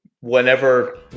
whenever